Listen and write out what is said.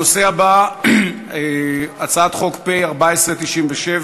הנושא הבא, הצעת חוק פ/1497,